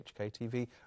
HKTV